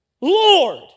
Lord